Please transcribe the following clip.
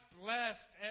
blessed